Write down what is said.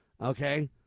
okay